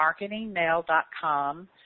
marketingmail.com